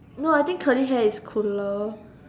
no I think curly hair is cooler